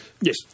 Yes